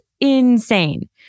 insane